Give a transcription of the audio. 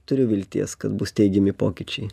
turiu vilties kad bus teigiami pokyčiai